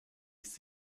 ist